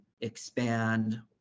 expand